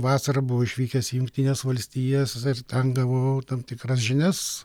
vasarą buvau išvykęs į jungtines valstijas ir ten gavau tam tikras žinias